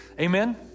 Amen